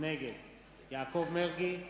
נגד יעקב מרגי,